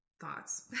thoughts